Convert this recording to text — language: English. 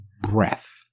breath